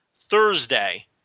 Thursday